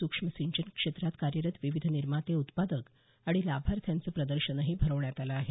सुक्ष्म सिंचन क्षेत्रात कार्यरत विविध निर्माते उत्पादक आणि लाभार्थ्यांचं प्रदर्शनही भरवण्यात आलं आहे